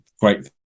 great